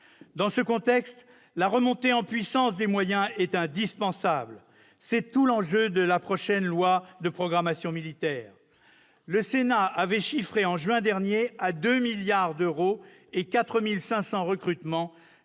Dans ce contexte, la remontée en puissance des moyens est indispensable. C'est tout l'enjeu de la prochaine loi de programmation militaire. Le Sénat avait chiffré en juin dernier à 2 milliards d'euros et 4 500 recrutements